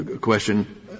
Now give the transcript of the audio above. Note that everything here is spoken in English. question